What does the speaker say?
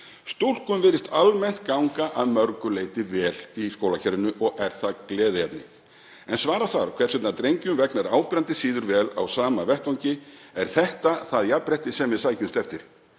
Stúlkum virðist almennt ganga að mörgu leyti vel í skólakerfinu og er það gleðiefni. En svara þarf hvers vegna drengjum vegnar áberandi síður vel á sama vettvangi. Er þetta það jafnrétti sem við sækjumst eftir?